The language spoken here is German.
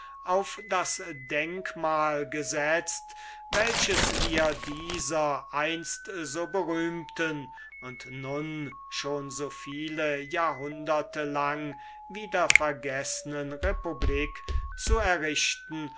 auf das denkmal gesetzt welches wir dieser einst so berühmten und nun schon so viele jahrhunderte lang wieder vergeßnen republik zu errichten